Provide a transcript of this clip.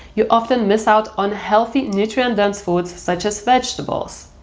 you often miss out on healthy nutrient-dense foods, such as vegetables.